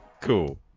Cool